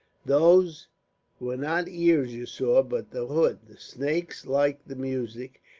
those were not ears you saw, but the hood. the snakes like the music,